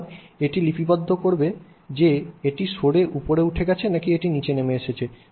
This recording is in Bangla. সুতরাং এটি লিপিবদ্ধ করবে যে এটি সরে উপরে উঠে গেছে নাকি এটি নীচে নেমে এসেছে